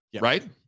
right